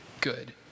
good